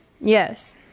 Yes